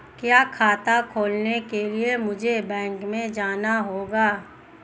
क्या खाता खोलने के लिए मुझे बैंक में जाना होगा?